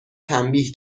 تنبیه